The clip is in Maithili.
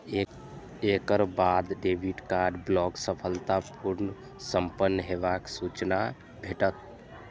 एकर बाद डेबिट कार्ड ब्लॉक सफलतापूर्व संपन्न हेबाक सूचना भेटत